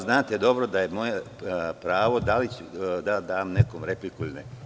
Znate dobro da je moje pravo da dam nekome repliku ili ne.